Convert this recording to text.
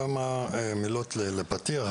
כמה מילים לפתיח,